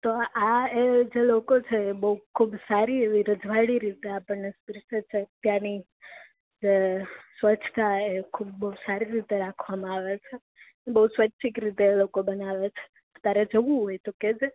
તો આ એજ લોકો છે બઉ ખૂબ સારી એવી રજવાળી રીતે આપણને પીરસે છે ત્યાંની જે સ્વચ્છતા એ ખૂબ સારી રીતે રાખવામાં આવે છે બઉ સ્વૈછિક રીતે એ લોકો બનાવે છે તારે જોવું હોય તો કેજે